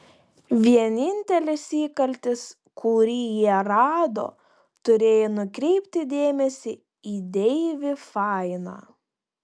vienintelis įkaltis kurį jie rado turėjo nukreipti dėmesį į deivį fainą